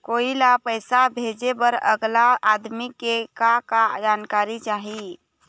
कोई ला पैसा भेजे बर अगला आदमी के का का जानकारी चाही?